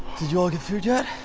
did you all get food yet?